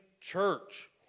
church